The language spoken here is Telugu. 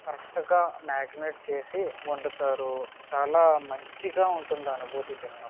కరెక్ట్గా మ్యాగినేట్ చేసి వండుతారు చాలా మంచిగా ఉంటుంది ఆ అనుభూతి తిన్నప్పుడు